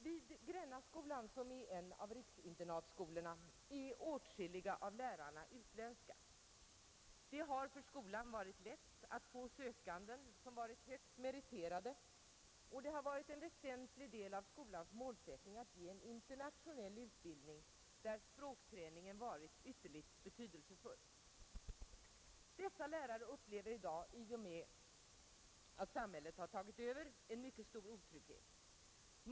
Vid Grännaskolan, som är en av riksinternatskolorna, är åtskilliga av lärarna utländska. Det har varit lätt för skolan att få sökande som varit högt meriterade, och det har varit en väsentlig del av skolans målsättning att ge en internationell utbildning, där språkträningen varit ytterligt betydelsefull. Dessa lärare upplever i dag, i och med att samhället har tagit över ansvaret, en mycket stor otrygghet.